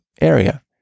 area